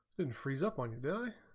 and frees up one guy